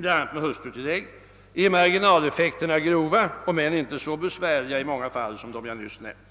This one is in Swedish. bl.a. med hustrutillägg, är marginaleffekterna grova om än inte så besvärliga i många fall som dem jag nyss nämnt.